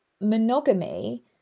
monogamy